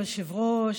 אדוני היושב-ראש,